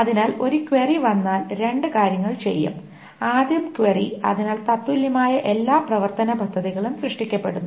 അതിനാൽ ഒരു ക്വയറി വന്നാൽ രണ്ട് കാര്യങ്ങൾ ചെയ്യും ആദ്യം ക്വയറി അതിനാൽ തത്തുല്യമായ എല്ലാ പ്രവർത്തന പദ്ധതികളും സൃഷ്ടിക്കപ്പെടുന്നു